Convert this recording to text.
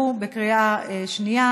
בקריאה שנייה.